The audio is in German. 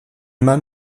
man